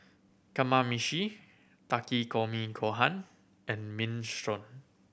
Kamameshi Takikomi Gohan and Minestrone